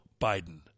Biden